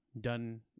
done